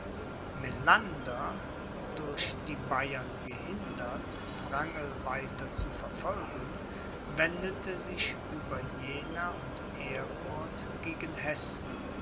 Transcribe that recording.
durch die bayern gehindert wrangeln weiter zu verfolgen wendete sich über jena und erfurt gegen hessen